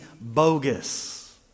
bogus